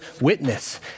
witness